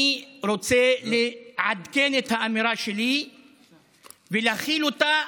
אני רוצה לעדכן את האמירה שלי ולהחיל אותה